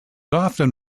often